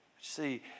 See